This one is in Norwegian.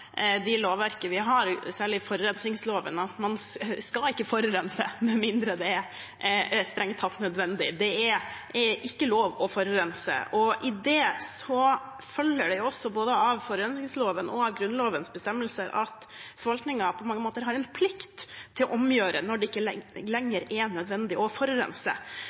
det lovverket vi har, særlig forurensningsloven, at man ikke skal forurense med mindre det er strengt tatt nødvendig. Det er ikke lov til å forurense. I det følger det også av både forurensningsloven og Grunnlovens bestemmelser at forvaltningen på mange måter har en plikt til å omgjøre når det ikke lenger er nødvendig å